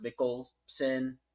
Mikkelsen